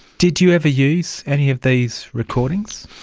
did you ever use any of these recordings?